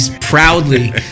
proudly